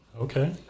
Okay